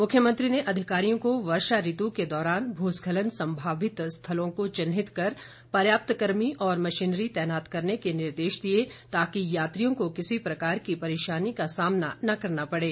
मुख्यमंत्री ने अधिकारियों को वर्षा ऋतु के दौरान भूस्खलन संभावित स्थलों को चिन्हित कर पर्याप्त कर्मी और मशीनरी तैनात करने के निर्देश दिए ताकि यात्रियों को किसी प्रकार की परेशानी का सामना न करना पड़े